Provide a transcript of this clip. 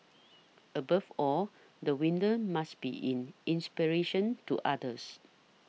above all the winner must be in inspiration to others